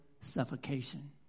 suffocation